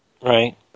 Right